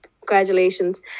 Congratulations